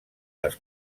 les